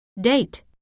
Date